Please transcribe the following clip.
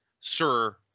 sir